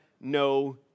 no